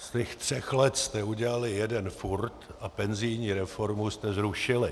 Z těch třech letech jste udělali jeden furt a penzijní reformu jste zrušili.